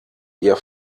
ihr